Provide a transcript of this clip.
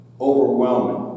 overwhelming